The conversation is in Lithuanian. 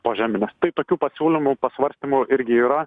požemines tai tokių pasiūlymų pasvarstymų irgi yra